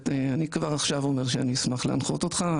אני כבר עכשיו אומר שאני אשמח להנחות אותך,